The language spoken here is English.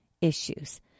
issues